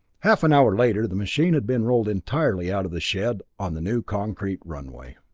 half an hour later the machine had been rolled entirely out of the shed, on the new concrete runway.